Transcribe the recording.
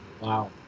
Wow